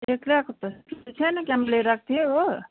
एक्लै आएको त एउटा सानो काम लिएर आएको थियो हो